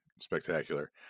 spectacular